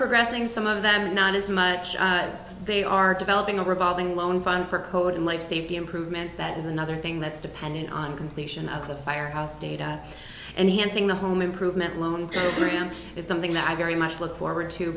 progressing some of them not as much as they are developing a revolving loan fund for code and life safety improvements that is another thing that's depending on completion of the firehouse data and hansing the home improvement loan program is something that i very much look forward to